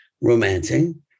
romancing